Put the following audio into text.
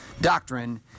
doctrine